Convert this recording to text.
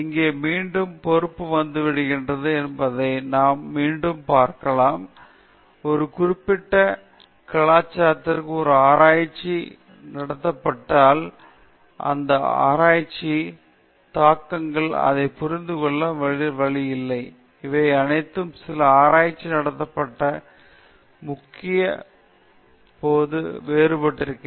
இங்கே மீண்டும் பொறுப்பு வந்துவிடுகிறது என்பதை நாம் மீண்டும் பார்க்கலாம் ஒரு குறிப்பிட்ட கலாச்சாரத்தில் ஒரு ஆராய்ச்சி நடத்தப்பட்டால் அந்த ஆராய்ச்சிகளின் தாக்கங்கள் அதை புரிந்து கொள்ளும் வழி இவை அனைத்தும் சில ஆராய்ச்சிகளில் நடத்தப்பட்ட அதே ஆராய்ச்சி போது வேறுபட்டிருக்கும்